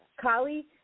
Kali